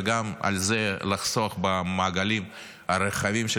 וגם על זה לחסוך במעגלים הרחבים של